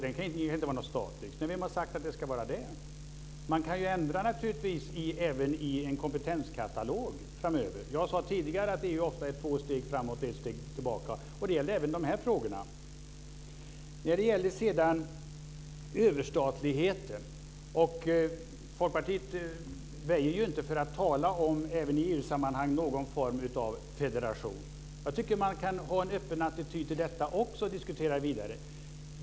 Den kan inte vara statisk. Vem har sagt att den ska vara det? Man kan naturligtvis ändra även i en kompetenskatalog framöver. Jag sade tidigare att EU ofta tar två steg framåt och ett steg tillbaka. Det gäller även de här frågorna. Sedan gällde det överstatligheten. Folkpartiet väjer inte för att även i EU-sammanhang tala om någon form av federation. Jag tycker att man kan ha en öppen attityd också till detta och diskutera vidare.